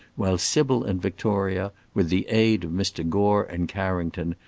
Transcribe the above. while sybil and victoria, with the aid of mr. gore and carrington,